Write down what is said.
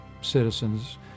citizens